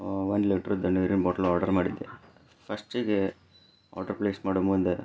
ಒಂದು ಲೀಟರ್ದು ನೀರಿನ ಬಾಟ್ಲ್ ಆರ್ಡರ್ ಮಾಡಿದ್ದೆ ಫಸ್ಟಿಗೆ ಆರ್ಡರ್ ಪ್ಲೇಸ್ ಮಾಡೋ ಮುಂದೆ